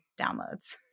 downloads